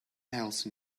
else